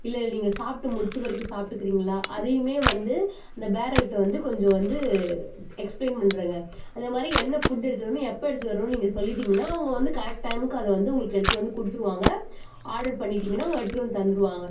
இல்லை நீங்கள் சாப்பிட்டு முடிச்ச பிறகு சாப்பிட்டுக்குறீங்களா அதையுமே வந்து இந்த பேரர்கிட்ட வந்து கொஞ்சம் வந்து எக்ஸ்ப்ளேன் பண்ணிடுங்க அதேமாதிரி என்ன ஃபுட் எடுத்துகிட்டு வரணும் எப்போ எடுத்துகிட்டு வரணும் நீங்கள் சொல்லிட்டிங்கன்னா அவங்க வந்து கரெக்ட் டைமுக்கு அதை வந்து உங்களுக்கு எடுத்துகிட்டு வந்து கொடுத்துருவாங்க ஆர்டர் பண்ணிட்டீங்கன்னா அவங்க எடுத்துகிட்டு வந்து தந்துடுவாங்க